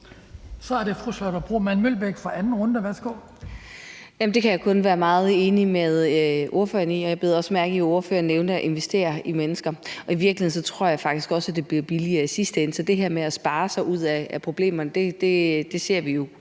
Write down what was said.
17:33 Charlotte Broman Mølbæk (SF): Det kan jeg kun være meget enig med ordføreren i, og jeg bed også mærke i, at ordføreren nævnte at investere i mennesker. I virkeligheden tror jeg faktisk også, at det bliver billigere i sidste ende. Det her med at spare sig ud af problemerne virker